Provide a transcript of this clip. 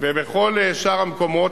ובכל שאר המקומות,